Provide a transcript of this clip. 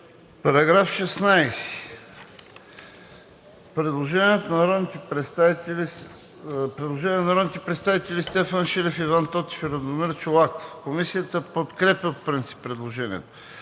По § 36 има предложение на народните представители Стефан Шилев, Иван Тотев и Радомир Чолаков. Комисията подкрепя предложението.